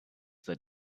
that